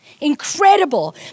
Incredible